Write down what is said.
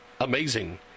amazing